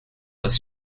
was